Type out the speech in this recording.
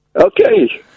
Okay